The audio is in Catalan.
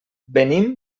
venim